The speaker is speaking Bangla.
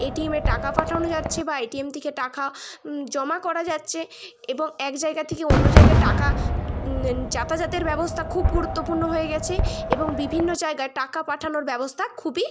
এটিএম এ টাকা পাঠানো যাচ্ছে বা এটিএম থেকে টাকা জমা করা যাচ্ছে এবং এক জায়গা থেকে অন্য জায়গায় টাকা যাতাযাতের ব্যবস্থা খুব গুরুত্বপূর্ণ হয়ে গিয়েছে এবং বিভিন্ন জায়গার টাকা পাঠানোর ব্যবস্থা খুবই